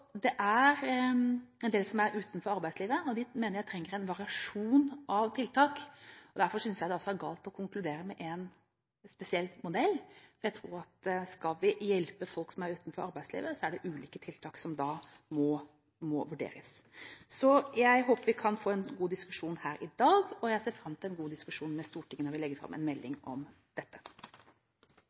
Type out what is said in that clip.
det er en del som er utenfor arbeidslivet, og de mener jeg trenger en variasjon av tiltak. Derfor synes jeg det altså er galt å konkludere med en spesiell modell, for jeg tror at skal vi hjelpe folk som er utenfor arbeidslivet, er det ulike tiltak som da må vurderes. Så jeg håper vi kan få en god diskusjon her i dag, og jeg ser fram til en god diskusjon i Stortinget når vi legger fram en melding om dette.